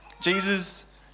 Jesus